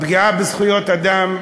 הפגיעה בזכויות אדם,